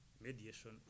mediation